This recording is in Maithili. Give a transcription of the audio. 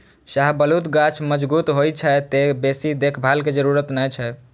शाहबलूत गाछ मजगूत होइ छै, तें बेसी देखभाल के जरूरत नै छै